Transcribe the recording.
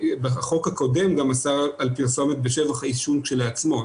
החוק הקודם גם אסר על פרסומת בשבח העישון כשלעצמו.